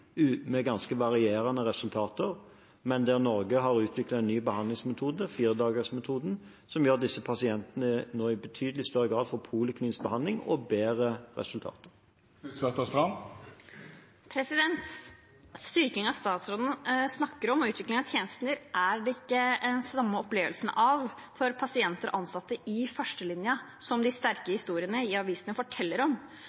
med ganske varierende resultater, men der Norge har utviklet en ny behandlingsmetode, firedagersmetoden, som gjør at disse pasientene nå i betydelig større grad får poliklinisk behandling og bedre resultater. Styrkingen statsråden snakker om, og utviklingen av tjenester er det ikke den samme opplevelsen av for pasienter og ansatte i førstelinjen, noe de sterke historiene i avisene forteller om.